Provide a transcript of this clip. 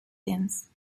since